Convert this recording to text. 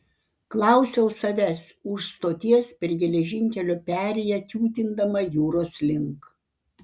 klausiau savęs už stoties per geležinkelio perėją kiūtindama jūros link